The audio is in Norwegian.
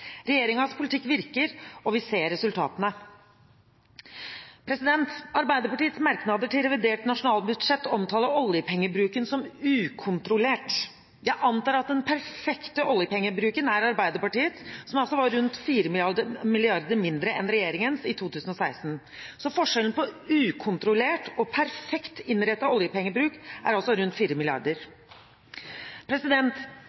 politikk virker, og vi ser resultatene. Arbeiderpartiets merknader til revidert nasjonalbudsjett omtaler oljepengebruken som ukontrollert. Jeg antar at den perfekte oljepengebruken er Arbeiderpartiets, som var rundt 4 mrd. kr mindre enn regjeringens i 2016. Forskjellen på ukontrollert og perfekt innrettet oljepengebruk er altså rundt